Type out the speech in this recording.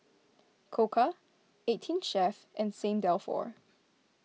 Koka eighteen Chef and Saint Dalfour